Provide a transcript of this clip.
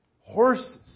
horses